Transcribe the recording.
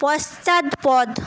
পশ্চাৎপদ